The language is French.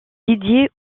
dédié